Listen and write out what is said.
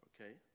Okay